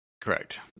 Correct